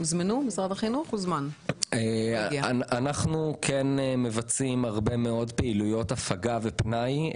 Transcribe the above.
אנחנו כן מבצעים הרבה פעילויות הפגה ופנאי,